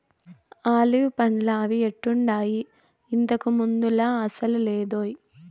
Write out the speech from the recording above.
olive పండ్లా అవి ఎట్టుండాయి, ఇంతకు ముందులా అసలు లేదోయ్